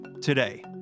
today